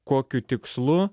kokiu tikslu